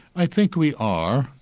i think we are.